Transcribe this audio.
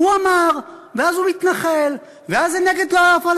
הוא אמר, ואז הוא מתנחל, ואז זה נגד הפלסטינים.